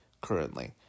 currently